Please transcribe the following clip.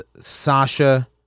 Sasha